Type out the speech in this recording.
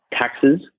taxes